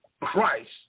Christ